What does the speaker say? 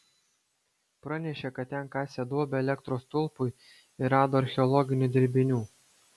pranešė kad ten kasė duobę elektros stulpui ir rado archeologinių dirbinių